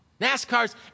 NASCAR's